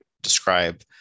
describe